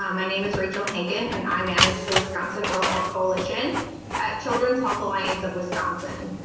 um my name is rachel hankin and i manage the wisconsin oral health coalition at children's health alliance of wisconsin.